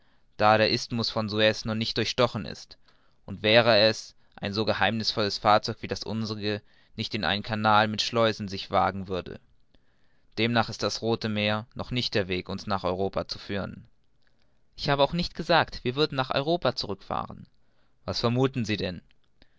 da der isthmus von suez noch nicht durchstochen ist und wäre er es ein so geheimnißvolles fahrzeug wie das unserige nicht in einen canal mit schleußen sich wagen würde demnach ist das rothe meer noch nicht der weg uns nach europa zu führen ich hab auch nicht gesagt wir würden nach europa zurück fahren was vermuthen sie denn